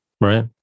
Right